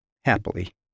Happily